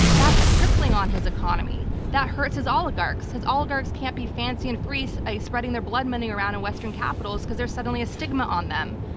that's crippling on his economy. that hurts his oligarchs. his oligarchs can't be fancy and free so spreading their blood money around in western capitals because there's suddenly a stigma on them.